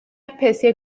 especie